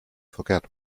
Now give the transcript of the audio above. forget